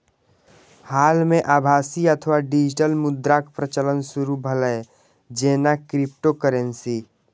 हाल मे आभासी अथवा डिजिटल मुद्राक प्रचलन शुरू भेलै, जेना क्रिप्टोकरेंसी